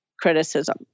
criticism